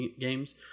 games